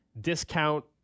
discount